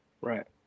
Right